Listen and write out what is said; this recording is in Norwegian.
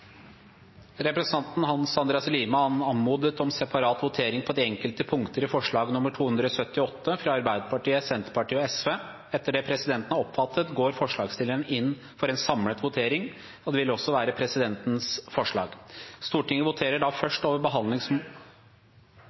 Representanten Hans Andreas Limi har anmodet om separat votering på de enkelte punkter i forslag nr. 278, fra Arbeiderpartiet, Senterpartiet og Sosialistisk Venstreparti. Etter det presidenten har oppfattet, går forslagsstillerne inn for en samlet votering, og det vil også være presidentens forslag.